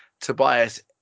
Tobias